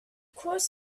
course